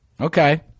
Okay